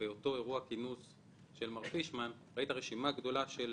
שבאותו אירוע כינוס של מר פישמן בו הייתה רשימה ארוכה של